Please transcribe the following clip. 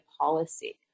policy